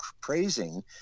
praising